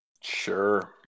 Sure